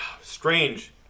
Strange